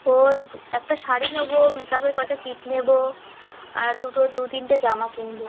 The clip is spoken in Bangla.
হ্যাঁ একটা শাড়ি নেবো মেকআপের কটা কিট নেবো আর দুটো দু তিনটে জামা কিনবো